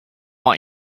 want